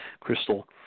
crystal